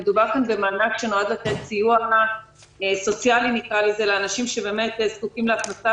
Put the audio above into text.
מדובר כאן במענק שנועד לתת סיוע סוציאלי לאנשים שזקוקים להכנסה